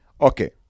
okay